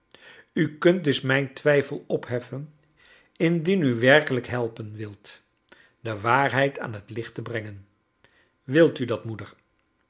u kunt dus mijn twijfel opheffen indien u werkelijk helpen wilt de waarheid aan het licht i te brengen wilt u dat moeder